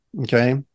Okay